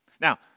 Now